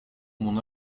mon